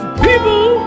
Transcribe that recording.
people